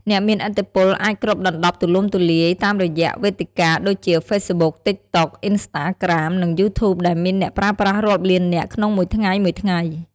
អ្នកមានឥទ្ធិពលអាចគ្របដណ្ដប់ទូលំទូលាយតាមរយះវេទិកាដូចជា ហ្វេសប៊ុក (Facebook), តិកតុក (TikTok), អុីនស្តាក្រាម (Instagram), និង យូធូប (YouTube) ដែលមានអ្នកប្រើប្រាស់រាប់ពាន់លាននាក់ក្នុងមួយថ្ងៃៗ។